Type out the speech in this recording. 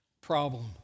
Problem